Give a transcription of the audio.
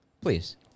please